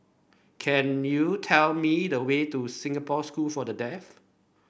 can you tell me the way to Singapore School for the Deaf